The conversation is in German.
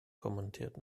kommentiert